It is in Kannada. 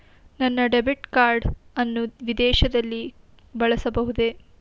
ನನ್ನ ಡೆಬಿಟ್ ಕಾರ್ಡ್ ಅನ್ನು ವಿದೇಶದಲ್ಲಿ ಬಳಸಬಹುದೇ?